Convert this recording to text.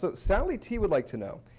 sally t would like to know,